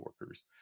workers